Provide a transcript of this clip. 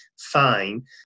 fine